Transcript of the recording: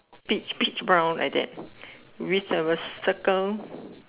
peach peach brown like that which have a circle